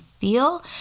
feel